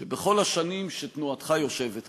שבכל השנים שתנועתך יושבת כאן,